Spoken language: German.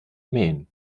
maine